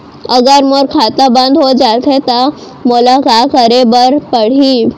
अगर मोर खाता बन्द हो जाथे त मोला का करे बार पड़हि?